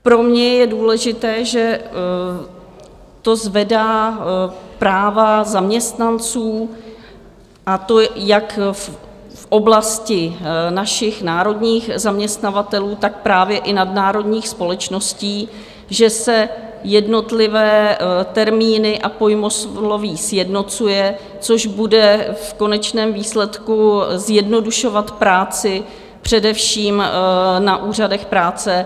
Pro mě je důležité, že to zvedá práva zaměstnanců, a to jak v oblasti našich národních zaměstnavatelů, tak právě i nadnárodních společností, že se jednotlivé termíny a pojmosloví sjednocují, což bude v konečném výsledku zjednodušovat práci především na úřadech práce.